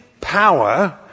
power